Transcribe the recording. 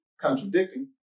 contradicting